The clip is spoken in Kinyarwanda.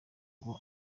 ngo